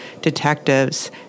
detectives